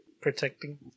Protecting